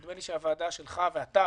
נדמה לי שלוועדה שלך ואתה,